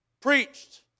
preached